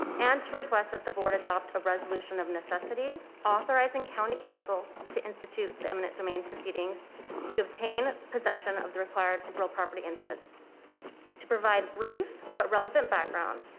and to request that the board adopt a resolution of necessity authorizing county council to institute the eminent domain proceedings to obtain possession of the required real property interests to provide brief, but relevant background,